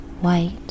white